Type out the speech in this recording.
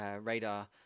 radar